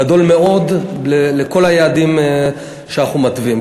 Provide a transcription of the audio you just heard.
גדול מאוד, לכל היעדים שאנחנו מתווים.